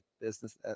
business